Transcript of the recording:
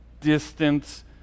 distance